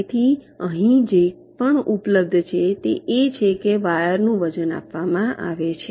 તેથી અહીં જે પણ ઉપલબ્ધ છે તે એ છે કે વાયરનું વજન આપવામાં આવે છે